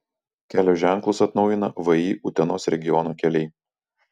kelio ženklus atnaujina vį utenos regiono keliai